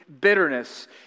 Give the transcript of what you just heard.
bitterness